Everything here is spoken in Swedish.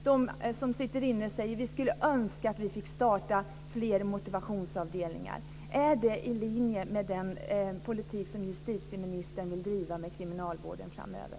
De som sitter inne säger: Vi önskar att vi fick starta fler motivationsavdelningar. Är det i linje med den politik som justitieministern vill driva inom kriminalvården framöver?